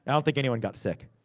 don't think anyone got sick.